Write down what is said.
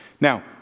Now